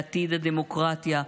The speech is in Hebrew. לעתיד הדמוקרטיה,